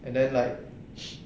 and then like